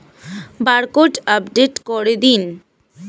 Barcode update করে দিন?